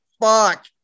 fuck